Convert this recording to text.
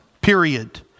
Period